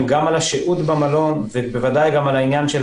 גם על השהות במלון וגם על העניין של